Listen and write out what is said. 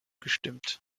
gestimmt